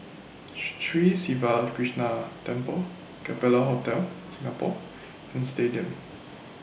Sri Siva Krishna Temple Capella Hotel Singapore and Stadium